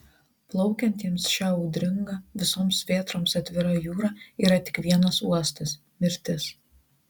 plaukiantiems šia audringa visoms vėtroms atvira jūra yra tik vienas uostas mirtis